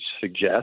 suggest